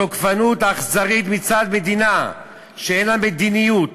התוקפנות האכזרית מצד מדינה שאין לה מדיניות,